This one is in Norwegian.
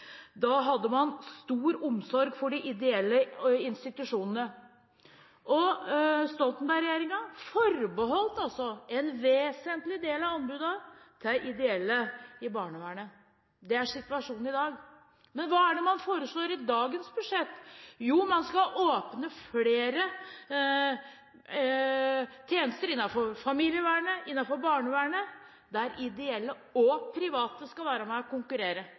Da hadde man stor omsorg for de ideelle institusjonene. Stoltenberg-regjeringen forbeholdt altså en vesentlig del av anbudene til ideelle institusjoner i barnevernet. Det er situasjonen i dag. Men hva er det man foreslår i dagens budsjett? Jo, for flere tjenester innenfor familievernet og barnevernet skal man åpne opp for at ideelle og private kan være med og konkurrere.